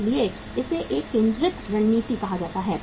इसलिए इसे एक केंद्रित रणनीति कहा जाता है